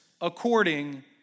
according